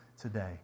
today